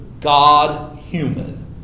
God-human